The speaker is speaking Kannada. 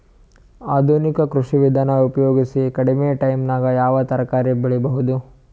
ಆಧುನಿಕ ಕೃಷಿ ವಿಧಾನ ಉಪಯೋಗಿಸಿ ಕಡಿಮ ಟೈಮನಾಗ ಯಾವ ತರಕಾರಿ ಬೆಳಿಬಹುದು?